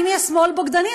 אם יש שמאל בוגדני,